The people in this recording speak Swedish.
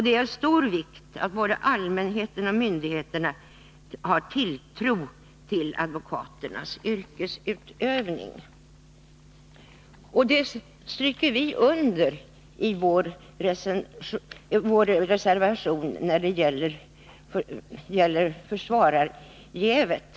Det är av stor vikt att både allmänheten och myndigheterna har tilltro till advokaternas yrkesutövning. Det stryker vi under i vår reservation när det gäller försvararjävet.